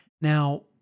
Now